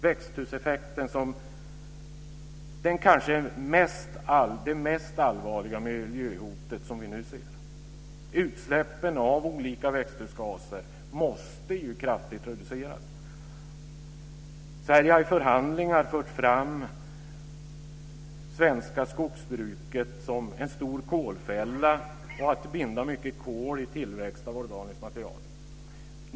Växthuseffekten är det kanske mest allvarliga miljöhot som vi nu ser. Utsläppen av olika växthusgaser måste kraftigt reduceras. Sverige har i förhandlingar fört fram det svenska skogsbruket som en stor kolfälla och sagt att det binds mycket kol när organiskt material tillväxer.